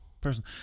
person